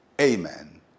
amen